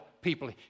people